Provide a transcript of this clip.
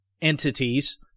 entities